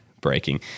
breaking